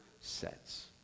sets